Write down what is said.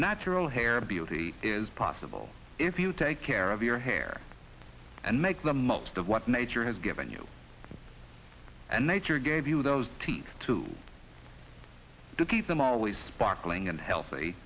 natural hair beauty is possible if you take care of your hair and make the most of what nature has given you and nature gave you those teeth too to keep them always sparkling and healthy